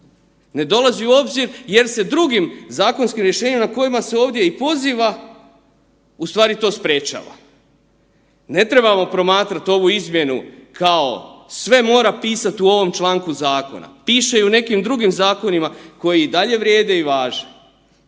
ne dolazi u obzir jer se drugim zakonskim rješenjima na koje se ovdje i poziva ustvari to sprečava. Ne trebamo promatrat ovu izmjenu kao sve mora pisati u ovom članku zakona, piše i u nekim drugim zakonima koji dalje vrijede i važe.